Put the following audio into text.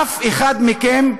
אף אחד מכם,